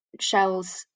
Shell's